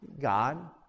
God